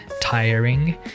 tiring